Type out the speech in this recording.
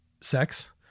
sex